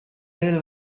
deal